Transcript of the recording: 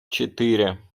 четыре